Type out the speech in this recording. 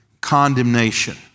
condemnation